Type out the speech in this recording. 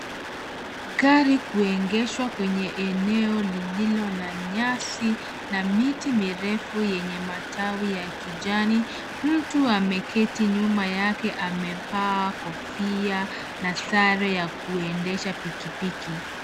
Gari kuegeshwa kwenye eneo lililo na nyasi na miti mirefu yenye matawi ya kijani. Mtu ameketi nyuma yake amevaa kofia na sare ya kuendesha pikipiki.